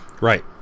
Right